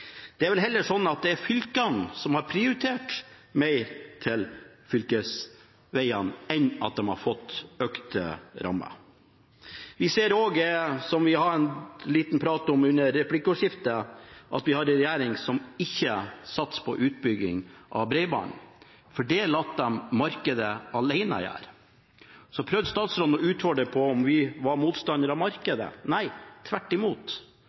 Det er vel heller mer slik at det er fylkene som har prioritert mer til fylkesvegene, enn at de har fått økte rammer. Vi ser også, som vi hadde en liten prat om under replikkordskiftet, at vi har en regjering som ikke satser på utbygging av bredbånd, for det lar de markedet alene gjøre. Så prøvde statsråden å utfordre på om vi var motstander av markedet. Nei, tvert imot